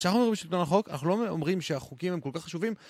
כשאנחנו אומרים שלטון החוק אנחנו לא אומרים שהחוקים הם כל כך חשובים